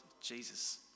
Jesus